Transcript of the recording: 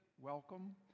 Welcome